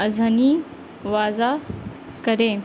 اذھنی واضح کریں